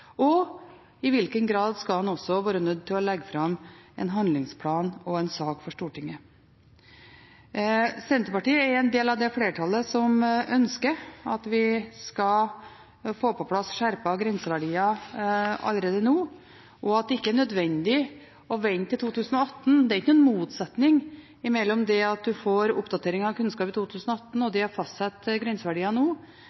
Og i hvilken grad skal en være nødt til å legge fram en handlingsplan og en sak for Stortinget? Senterpartiet er en del av det flertallet som ønsker at vi skal få på plass skjerpede grenseverdier allerede nå, og som mener at det ikke er nødvendig å vente til 2018. Det er ikke noen motsetning mellom det å få en oppdatering av kunnskap i 2018 og det å fastsette grenseverdier nå.